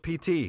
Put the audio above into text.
PT